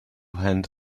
hand